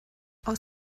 aus